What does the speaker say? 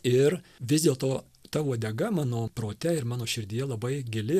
ir vis dėl to ta uodega mano prote ir mano širdyje labai gili